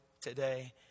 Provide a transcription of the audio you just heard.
today